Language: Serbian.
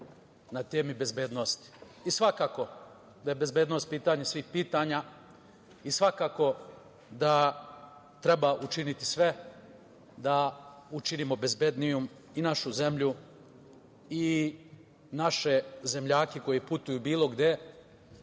na temi bezbednosti. Svakako da je bezbednost pitanje svih pitanja i svakako da treba učiniti sve da učinimo bezbednijom i našu zemlju i naše zemljake koji putuju bilo gde